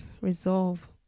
resolve